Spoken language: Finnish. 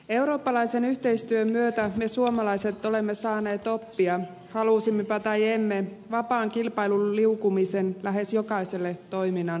eurooppalaisen yhteistyön myötä me suomalaiset olemme saaneet oppia halusimmepa tai emme vapaan kilpailun liukumisen lähes jokaiselle toiminnan alueelle